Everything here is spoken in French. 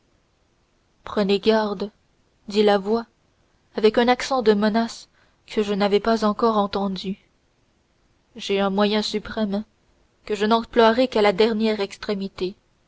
prenez garde dit la voix avec un accent de menace que je n'avais pas encore entendu j'ai un moyen suprême que je n'emploierai qu'à la dernière extrémité